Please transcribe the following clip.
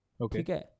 Okay